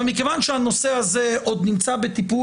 מכיוון שהנושא הזה עוד נמצא בטיפול,